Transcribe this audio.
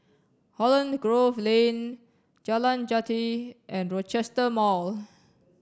Holland Grove Lane Jalan Jati and Rochester Mall